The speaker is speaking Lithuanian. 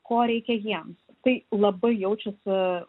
ko reikia jiems tai labai jaučiasi